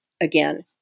again